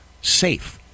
safe